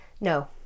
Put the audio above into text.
No